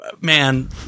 man